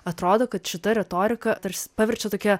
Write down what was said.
atrodo kad šita retorika tarsi paverčia tokia